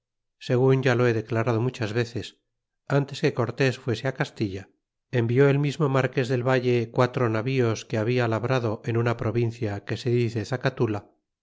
segun ya lo he declarado muchas veces ntes que cortés fuese castilla envió el mism marques del valle quatro navíos que había labrado en una provincia que se dice